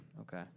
Okay